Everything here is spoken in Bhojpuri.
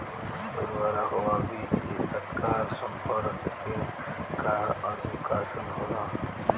उर्वरक व बीज के तत्काल संपर्क से का नुकसान होला?